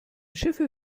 schiffe